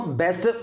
best